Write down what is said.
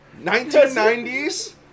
1990s